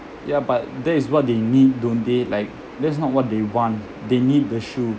ya but that is what they need don't they like that's not what they want they need the shoe